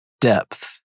Depth